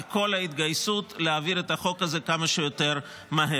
על כל ההתגייסות להעביר את החוק הזה כמה שיותר מהר.